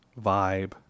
vibe